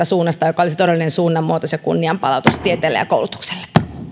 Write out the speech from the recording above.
suunnasta joka olisi todellinen suunnanmuutos ja kunnianpalautus tieteelle ja koulutukselle